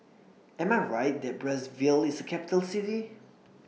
Am I Right that Brazzaville IS A Capital City